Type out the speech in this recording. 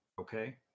Okay